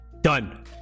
done